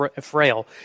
frail